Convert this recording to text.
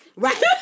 Right